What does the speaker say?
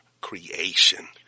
creation